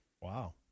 Wow